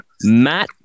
Matt